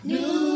New